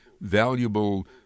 valuable